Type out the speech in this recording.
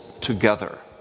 together